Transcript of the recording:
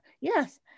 yes